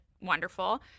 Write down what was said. wonderful